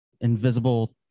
Invisible